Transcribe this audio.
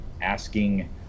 asking